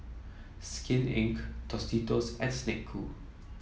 Skin Inc Tostitos and Snek Ku